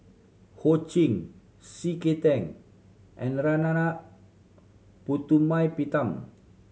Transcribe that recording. Ho Ching C K Tang and Narana Putumaippittan